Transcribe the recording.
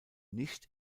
nicht